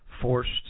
forced